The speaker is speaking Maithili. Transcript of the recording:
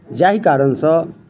जाहि कारणसँ